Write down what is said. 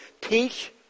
teach